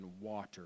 water